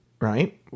right